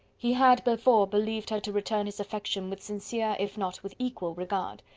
he had before believed her to return his affection with sincere, if not with equal regard.